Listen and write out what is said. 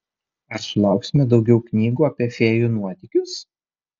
ar sulauksime daugiau knygų apie fėjų nuotykius